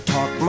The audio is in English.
Talk